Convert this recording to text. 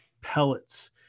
pellets